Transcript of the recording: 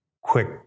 quick